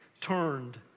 turned